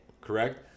correct